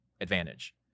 Advantage